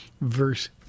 verse